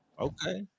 Okay